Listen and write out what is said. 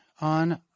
on